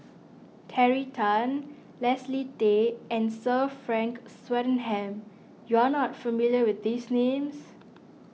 Terry Tan Leslie Tay and Sir Frank Swettenham you are not familiar with these names